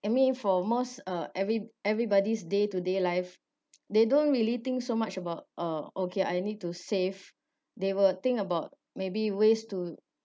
I mean for most uh every everybody's day to day life they don't really think so much about uh okay I need to save they will think about maybe ways to